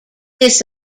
this